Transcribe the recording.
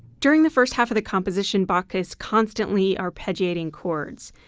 during the first half of the composition bach is constantly arpeggiating chords.